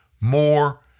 more